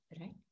right